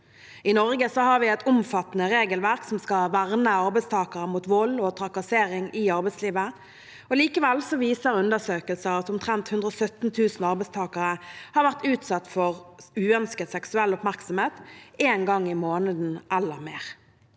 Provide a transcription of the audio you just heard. I Norge har vi et omfattende regelverk som skal verne arbeidstakere mot vold og trakassering i arbeidslivet, men likevel viser undersøkelser at omtrent 117 000 arbeidstakere har vært utsatt for uønsket seksuell oppmerksomhet én gang i måneden eller mer.